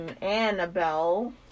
Annabelle